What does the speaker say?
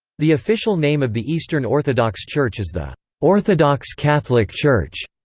the official name of the eastern orthodox church is the orthodox catholic church.